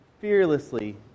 fearlessly